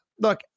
look